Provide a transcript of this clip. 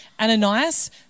Ananias